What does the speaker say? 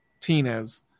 Tinez